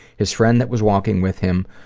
his friend that was walking with him,